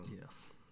Yes